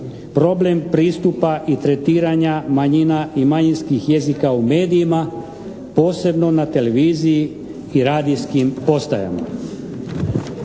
problem pristupa i tretiranja manjina i manjinskih jezika u medijima, posebno na televiziji i radijskim postajama.